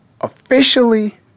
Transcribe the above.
officially